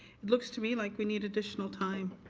it looks to me like we need additional time?